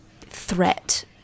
threat